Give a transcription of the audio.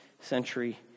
century